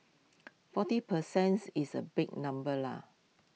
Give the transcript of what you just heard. forty per cents is A big number leh